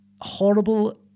horrible